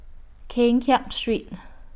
Keng Kiat Street